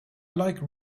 like